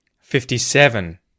fifty-seven